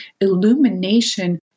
illumination